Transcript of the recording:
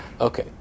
Okay